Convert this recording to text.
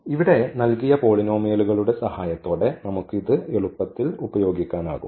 ഇവിടെ നൽകിയ പോളിനോമിയലുകളുടെ സഹായത്തോടെ നമുക്ക് ഇത് എളുപ്പത്തിൽ ഉപയോഗിക്കാനാകും